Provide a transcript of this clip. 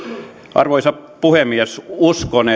arvoisa puhemies uskon